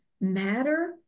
matter